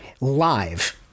live